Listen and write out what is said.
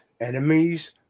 enemies